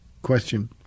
Question